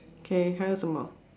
okay 还有什么